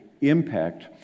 impact